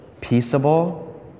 peaceable